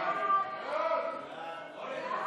ההצעה